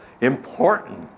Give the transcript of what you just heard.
important